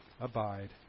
abide